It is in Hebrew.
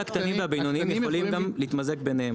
כל הקטנים והבינוניים יכולים גם להתמזג ביניהם,